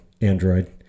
Android